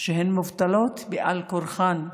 שהן מובטלות בעל כורחן,